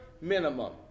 minimum